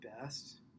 best